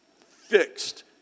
fixed